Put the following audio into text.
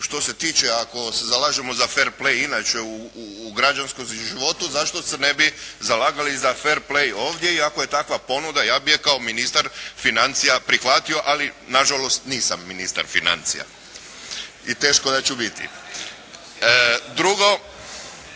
što se tiče ako se zalažemo sa fer play inače u građanskom životu, zašto se ne bi zalagali za fer play ovdje i ako je takva ponuda ja bih je kao ministar financija prihvatio, ali na žalost nisam ministar financija i teško da ću biti. Drugo